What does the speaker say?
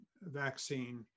vaccine